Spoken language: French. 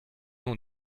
ont